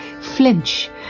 flinch